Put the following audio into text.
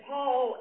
Paul